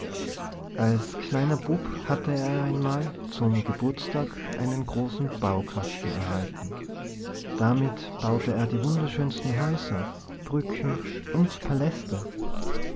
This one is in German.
als kleiner bub hatte er einmal zum geburtstag einen großen baukasten erhalten damit baute er die wunderschönsten häuser brücken und paläste